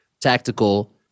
tactical